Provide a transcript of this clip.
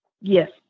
Yes